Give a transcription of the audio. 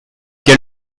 quel